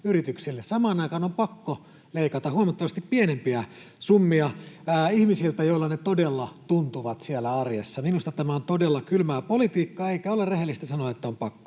Samaan aikaan on pakko leikata huomattavasti pienempiä summia ihmisiltä, joilla ne todella tuntuvat siellä arjessa. Minusta tämä on todella kylmää politiikkaa, eikä ole rehellistä sanoa, että on pakko.